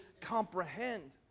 comprehend